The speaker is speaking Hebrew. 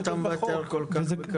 למה אתה מוותר כל כך בקלות?